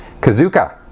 Kazuka